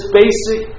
basic